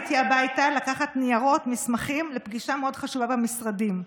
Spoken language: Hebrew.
עליתי הביתה לקחת ניירות ומסמכים לפגישה מאוד חשובה במשרדים.